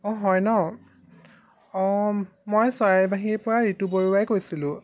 অঁ হয় ন অঁ মই চৰাইবাহীৰ পৰা ঋতু বৰুৱাই কৈছিলোঁ